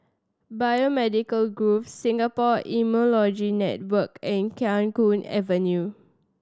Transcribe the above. Biomedical Grove Singapore Immunology Network and Khiang Guan Avenue